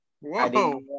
Whoa